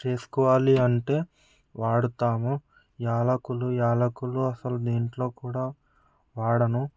చేసుకోవాలి అంటే వాడుతాము యాలకులు యాలకులు అసలు దేంట్లో కూడా వాడను